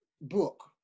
book